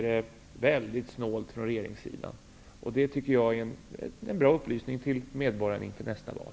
Det är en bra upplysning för medborgarna inför nästa val.